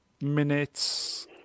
minutes